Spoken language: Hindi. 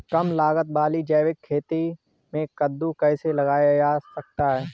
कम लागत वाली जैविक खेती में कद्दू कैसे लगाया जा सकता है?